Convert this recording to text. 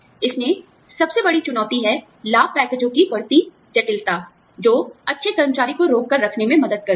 इसमें सबसे बड़ी चुनौती है लाभ पैकेजों की बढ़ती जटिलता जो अच्छे कर्मचारी को रोक कर रखने में मदद करती है